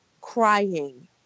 crying